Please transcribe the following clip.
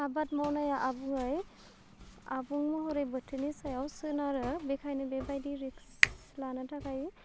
आबाद मावनाया आबुङै आबुं महरै बोथोरनि सायाव सोनारो बेखायनो बेबायदि रिक्स लानो थाखाय